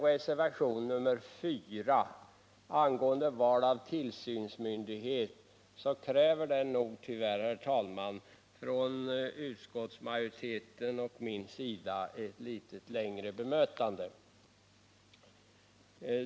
Reservationen 4 angående val av tillsynsmyndighet kräver nog tyvärr, herr talman, från utskottsmajoritetens och min sida ett litet längre bemötande.